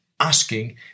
asking